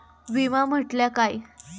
विमा म्हटल्या काय?